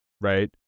right